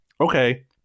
Okay